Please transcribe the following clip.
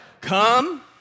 come